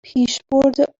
پیشبرد